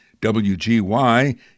WGY